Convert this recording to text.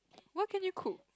what can you cook